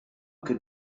could